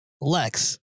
Lex